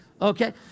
Okay